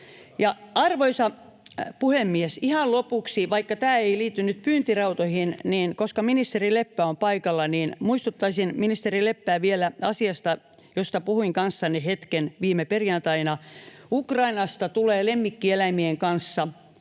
Arvoisa puhemies! Ihan lopuksi, vaikka tämä ei liity nyt pyyntirautoihin, mutta koska ministeri Leppä on paikalla, muistuttaisin ministeri Leppää vielä asiasta, josta puhuin kanssanne hetken viime perjantaina. Ukrainasta tulee lemmikkieläimien kanssa